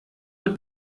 mit